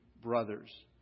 brothers